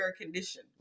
condition